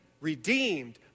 redeemed